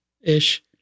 ish